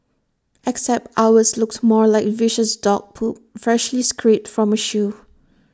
except ours looked more like viscous dog poop freshly scraped from A shoe